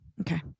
Okay